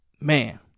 man